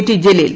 T Jaleel